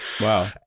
Wow